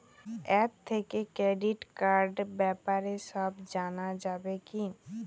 App থেকে credit কার্ডর ব্যাপারে সব জানা যাবে কি?